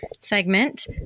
segment